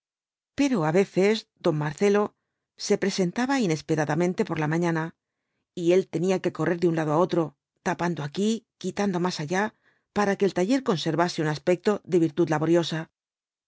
pero á veces don marcelo se presentaba inesperadamente por la mañana y él tenía que correr do un lado á otro tapando aquí quitando más allá para que el taller conservase un aspecto de virtud laboriosa